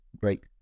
great